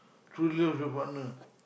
true love your partner